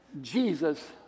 Jesus